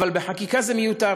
אבל בחקיקה זה מיותר.